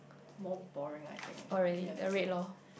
more boring I think give me a second